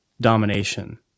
domination